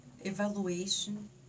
evaluation